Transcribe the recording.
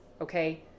okay